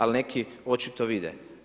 Ali neki očito vide.